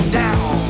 down